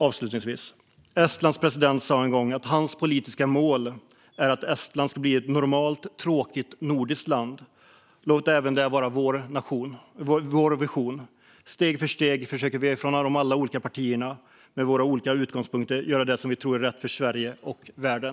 Avslutningsvis: Estlands president sa en gång att hans politiska mål är att Estland ska bli ett normalt och tråkigt nordiskt land. Låt detta vara även vår vision! Steg för steg försöker vi från alla de olika partierna, med våra olika utgångspunkter, att göra det vi tror är rätt för Sverige och världen.